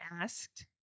asked